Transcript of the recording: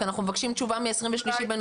כי אנחנו מבקשים תשובה מ-23 בנובמבר.